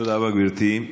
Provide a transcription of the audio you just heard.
תודה רבה, גברתי.